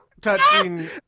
touching